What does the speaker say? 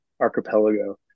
archipelago